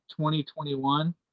2021